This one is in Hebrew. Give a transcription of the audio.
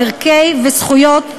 על הערכים והזכויות של